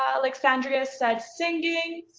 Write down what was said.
ah alexandria said singing,